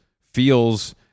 feels